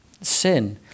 sin